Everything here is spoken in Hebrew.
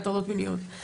על הטרדות מיניות,